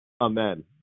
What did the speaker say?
amen